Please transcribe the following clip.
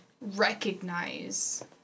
recognize